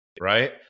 right